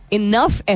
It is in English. enough